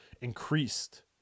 increased